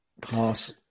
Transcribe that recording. Pass